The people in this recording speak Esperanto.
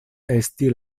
esti